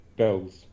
Bells